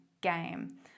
game